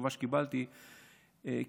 והתשובה שקיבלתי היא,